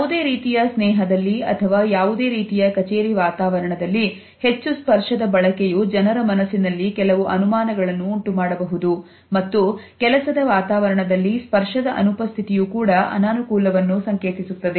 ಯಾವುದೇ ರೀತಿಯ ಸ್ನೇಹದಲ್ಲಿ ಅಥವಾ ಯಾವುದೇ ರೀತಿಯ ಕಚೇರಿ ವಾತಾವರಣದಲ್ಲಿ ಹೆಚ್ಚು ಸ್ಪರ್ಶದ ಬಳಕೆಯು ಜನರ ಮನಸ್ಸಿನಲ್ಲಿ ಕೆಲವು ಅನುಮಾನಗಳನ್ನು ಉಂಟುಮಾಡಬಹುದು ಮತ್ತು ಕೆಲಸದ ವಾತಾವರಣದಲ್ಲಿ ಸ್ಪರ್ಶದ ಅನುಪಸ್ಥಿತಿಯ ಕೂಡ ಅನಾನುಕೂಲವನ್ನು ಸಂಕೇತಿಸುತ್ತದೆ